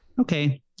Okay